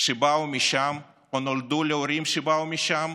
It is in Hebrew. שבאו משם, או נולדו להורים שבאו משם,